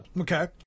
Okay